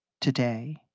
today